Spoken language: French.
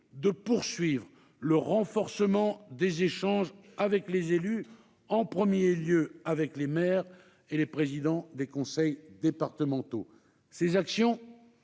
de poursuivre le renforcement des échanges avec les élus, en premier lieu avec les maires et les présidents des conseils départementaux. La liste